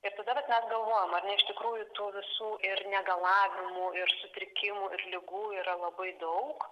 ir tada vat mes galvojam ar ne iš tikrųjų tų visų ir negalavimų ir sutrikimų ligų yra labai daug